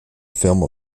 film